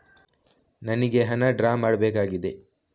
ನನಿಗೆ ಹಣ ಡ್ರಾ ಮಾಡ್ಬೇಕಾಗಿದೆ